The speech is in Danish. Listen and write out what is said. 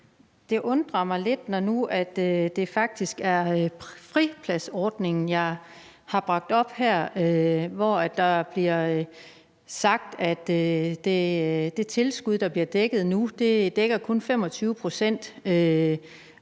Det undrer mig lidt, når det nu faktisk er fripladsordningen, jeg har bragt op her, og der bliver sagt, at det tilskud, der bliver dækket nu, kun dækker 25 pct., at